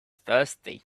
thirsty